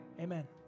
Amen